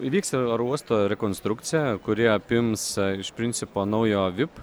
įvyks oro uosto rekonstrukcija kuri apims iš principo naujo vip